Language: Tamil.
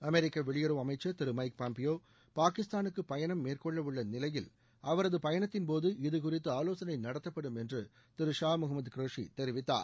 அமெரிக்க வெளியுறவு அமைச்சர் திரு மைக் பாம்ப்பியோ பாகிஸ்தானுக்கு பயணம் மேற்கொள்ளவுள்ள நிலையில் அவரது பயணத்தின்போது இது குறித்து ஆலோசனை நடத்தப்படும் என்று திரு ஷா முகமது குரேஷி தெரிவித்தார்